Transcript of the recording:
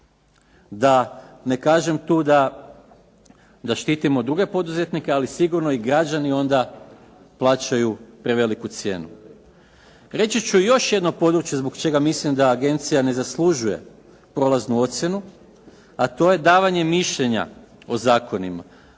Ne kažem tu da štitimo druge poduzetnike ali sigurno onda i građani plaćaju preveliku cijenu. Reći ću još jedno područje zbog čega mislim da Agencija ne zaslužuje prolaznu ocjenu a to je davanje mišljenja o zakonima.